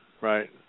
right